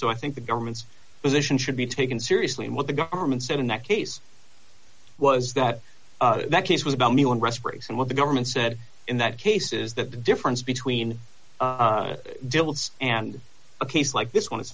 so i think the government's position should be taken seriously and what the government said in that case was that that case was about anyone respirators and what the government said in that case is that the difference between deals and a case like this one is